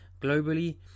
globally